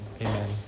Amen